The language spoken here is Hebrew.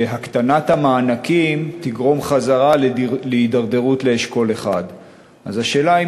שהקטנת המענקים תגרום להידרדרות בחזרה לאשכול 1. אז השאלה היא